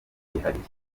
byihariye